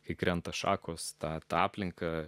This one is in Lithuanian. kai krenta šakos tą aplinką